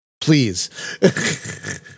Please